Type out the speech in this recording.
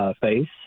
face